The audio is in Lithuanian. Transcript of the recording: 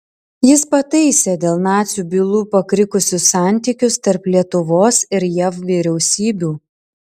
jis pataisė dėl nacių bylų pakrikusius santykius tarp lietuvos ir jav vyriausybių